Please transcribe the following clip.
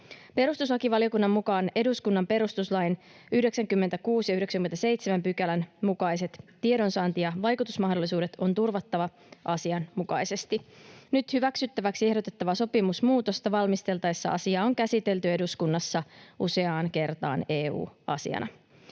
Perustuslakivaliokunnan mukaan eduskunnan perustuslain 96 ja 97 §:ien mukaiset tiedonsaanti- ja vaikutusmahdollisuudet on turvattava asianmukaisesti. Nyt hyväksyttäväksi ehdotettavaa sopimusmuutosta valmisteltaessa asiaa on käsitelty eduskunnassa useaan kertaan EU-asiana.